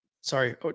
sorry